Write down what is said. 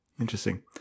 Interesting